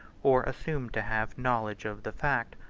or assumed to have, knowledge of the fact.